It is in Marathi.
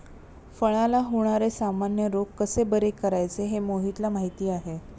फळांला होणारे सामान्य रोग कसे बरे करायचे हे मोहितला माहीती आहे